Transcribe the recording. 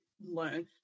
learn